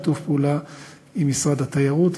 שיתוף פעולה עם משרד התיירות,